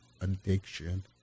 addiction